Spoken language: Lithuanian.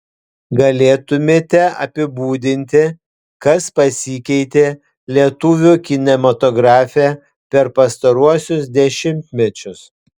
galėtumėte apibūdinti kas pasikeitė lietuvių kinematografe per pastaruosius dešimtmečius